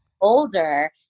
older